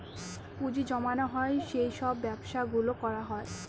পুঁজি জমানো হয় সেই সব ব্যবসা গুলো করা হয়